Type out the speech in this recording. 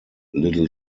little